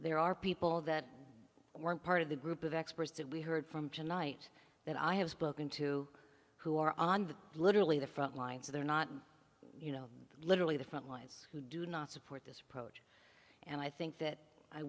there are people that weren't part of the group of experts that we heard from tonight that i have spoken to who are on the literally the front lines they're not you know literally the front lines who do not support this approach and i think that i